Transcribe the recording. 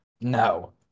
no